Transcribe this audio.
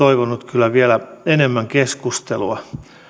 kyllä vielä enemmän keskustelua